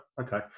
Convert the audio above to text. Okay